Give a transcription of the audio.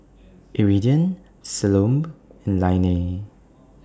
Iridian Salome and Lainey